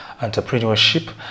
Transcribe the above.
entrepreneurship